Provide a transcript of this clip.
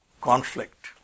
conflict